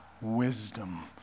Wisdom